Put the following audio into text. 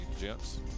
gents